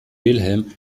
wilhelm